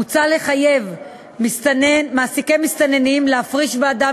מוצע לחייב מעסיקי מסתננים להפריש בעדם